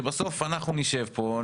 שבסוף אנחנו נשב פה,